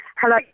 Hello